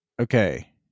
Okay